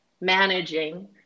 managing